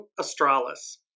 Australis